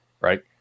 Right